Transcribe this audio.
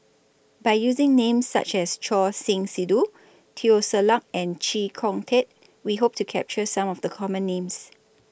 By using Names such as Choor Singh Sidhu Teo Ser Luck and Chee Kong Tet We Hope to capture Some of The Common Names